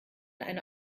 eine